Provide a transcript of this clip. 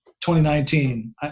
2019